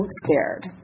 scared